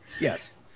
Yes